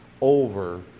over